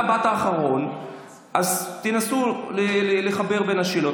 אתה באת אחרון, אז תנסו לחבר בין השאלות.